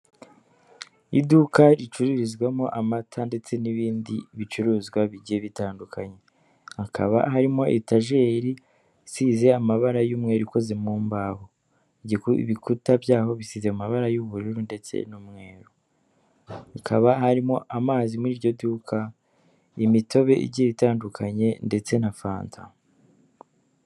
Iduka ricururizwamo amata ndetse n'ibindi bicuruzwa bigiye bitandukanye. Hakaba harimo etajeri isize amabara y'umweru ikoze mu mbaho. Ibikuta byaho bisize amabara y'ubururu ndetse n'umweru. Hakaba harimo amazi muri iryo duka, imitobe igiye itandukanye ndetse na fanta.